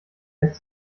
lässt